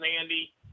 Andy